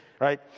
right